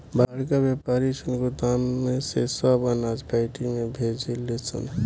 बड़का वायपारी सन गोदाम में से सब अनाज फैक्ट्री में भेजे ले सन